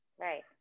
Right